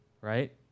right